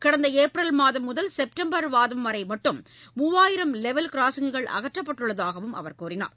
கடந்த ஏப்ரல் மாதம் முதல் செப்டம்பர் மாதம் வரை மட்டும் மூவாயிரம் லெவல் கிராசிங்குகள் அகற்றப்பட்டுள்ளதாகவும் அவர் கூறினார்